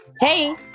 Hey